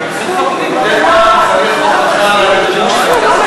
מדי פעם צריך הוכחה